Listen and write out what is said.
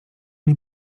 nie